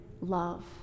love